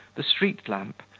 the street lamp,